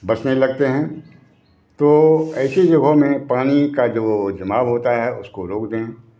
बसने लगते हैं तो ऐसे जगहों में पानी का जो जमाव होता है उसको रोक दें